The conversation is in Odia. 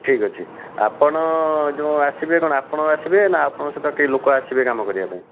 ଠିକ୍ ଅଛି ଆପଣ ଯେଉଁ ଆସିବେ କ'ଣ ଆପଣ ଆସିବେ ନା ଆପଣଙ୍କ ସହିତ ଆଉ କେହି ଲୋକ ଆସିବେ କାମ କରିବା ପାଇଁ